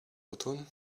norton